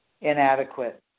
inadequate